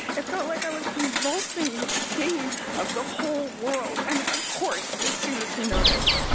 it felt like i was convulsing with the pain of the whole world and of course, as soon as he noticed,